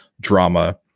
drama